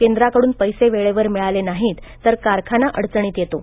केंद्राकडून पैसे वेळेवर मिळाले नाहीत तर कारखाना अडचणीत येतो